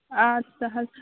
اَدٕ سا حظ